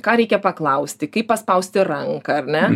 ką reikia paklausti kaip paspausti ranką ar ne